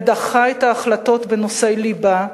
ודחה את ההחלטות בנושאי ליבה,